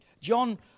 John